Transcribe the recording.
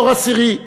דור עשירי,